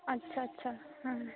ᱟᱪᱪᱷᱟ ᱟᱪᱪᱷᱟ